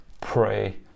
pray